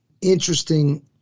interesting